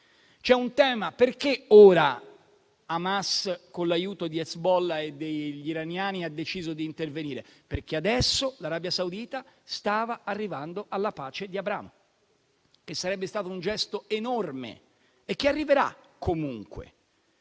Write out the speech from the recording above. C'è un tema: perché ora Hamas, con l'aiuto di Ezbollah e degli iraniani, ha deciso di intervenire? Perché adesso l'Arabia Saudita stava arrivando alla pace di Abramo e sarebbe stato un gesto enorme, che arriverà comunque.